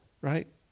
right